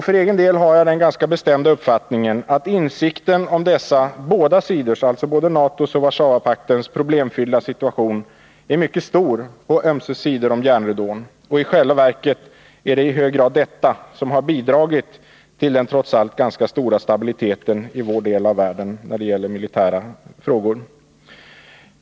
För egen del har jag den ganska bestämda uppfattningen att insikten om båda sidors problemfyllda situation är mycket stor på ömse sidor om järnridån och i själva verket i hög grad har bidragit till den trots allt ganska stora militära stabiliteten i vår del av världen.